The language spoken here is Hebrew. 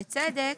בצדק,